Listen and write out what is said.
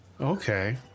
Okay